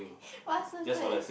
!wah! so good